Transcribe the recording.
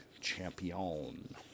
champion